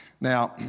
Now